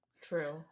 true